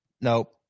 Nope